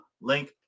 link